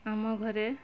ଆମ ଘରେ